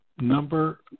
Number